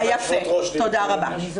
תודה רבה.